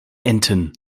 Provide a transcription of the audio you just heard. enten